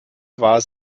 war